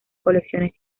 colecciones